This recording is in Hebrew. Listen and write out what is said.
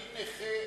אני נכה,